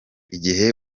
igihe